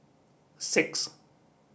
six